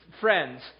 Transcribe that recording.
friends